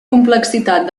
complexitat